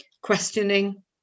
questioning